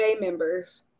members